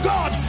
God